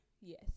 Yes